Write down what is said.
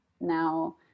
Now